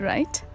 Right